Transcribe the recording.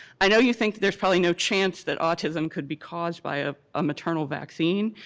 i know you think there's probably no chance that autism could be caused by a ah maternal vaccine,